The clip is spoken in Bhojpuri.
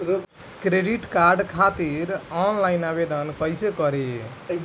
क्रेडिट कार्ड खातिर आनलाइन आवेदन कइसे करि?